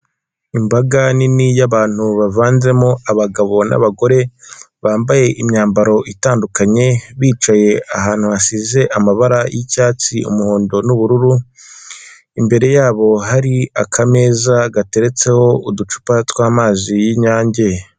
Imbaga nini y'abantu bavanzemo abagabo n'abagore, bambaye imyambaro itandukanye bicaye ahantu hasize amabara y'icyatsi umuhondo n'ubururu, imbere yabo hari akameza gateretseho uducupa tw'amazi y'inyange.